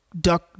Duck